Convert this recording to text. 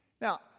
Now